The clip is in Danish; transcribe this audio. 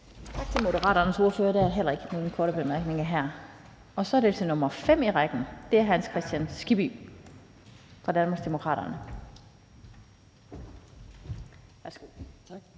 Tak til Moderaternes ordfører. Der er heller ikke nogen korte bemærkninger her. Så er det som nummer fem i rækken hr. Hans Kristian Skibby fra Danmarksdemokraterne. Værsgo. Kl.